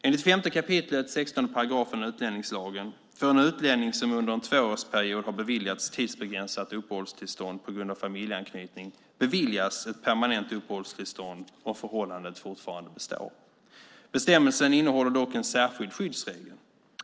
Enligt 5 kap. 16 § utlänningslagen får en utlänning som under en tvåårsperiod har beviljats tidsbegränsat uppehållstillstånd på grund av familjeanknytning beviljas ett permanent uppehållstillstånd om förhållandet fortfarande består. Bestämmelsen innehåller dock en särskild skyddsregel.